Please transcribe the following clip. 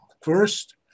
First